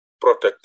protect